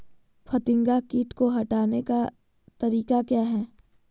फतिंगा किट को हटाने का तरीका क्या है?